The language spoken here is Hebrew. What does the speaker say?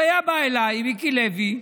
הוא היה בא אליי, מיקי לוי,